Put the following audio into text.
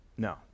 No